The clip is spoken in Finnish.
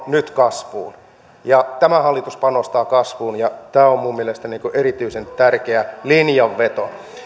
nyt kasvuun tämä hallitus panostaa kasvuun ja tämä on minun mielestäni erityisen tärkeä linjanveto